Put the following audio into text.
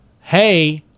hey